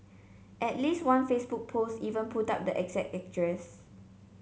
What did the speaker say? at least one Facebook post even put up the exact address